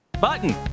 Button